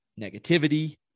negativity